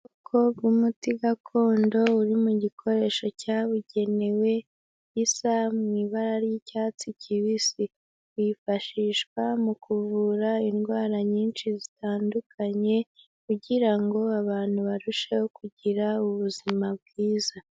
Ubwoko bw'umuti gakondo uri mu gikoresho cyabugenewe gisa mu ibara ry'icyatsi kibisi. Bwifashishwa mu kuvura indwara nyinshi zitandukanye kugira ngo abantu barusheho kugira ubuzima bwiza.